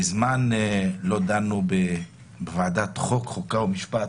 מזמן לא דנו בוועדת החוקה, חוק ומשפט